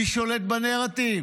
מי שולט בנרטיב?